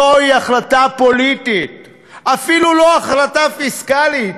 זוהי החלטה פוליטית, אפילו לא החלטה פיסקלית.